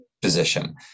position